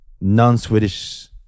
non-Swedish